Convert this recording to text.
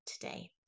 today